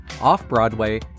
off-Broadway